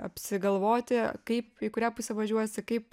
apsigalvoti kaip į kurią pusę važiuosi kaip